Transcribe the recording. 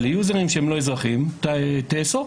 אבל ליוזרים שהם לא אזרחים, תאסור.